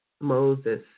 Moses